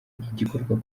igikorwa